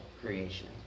creation